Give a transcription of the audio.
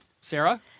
Sarah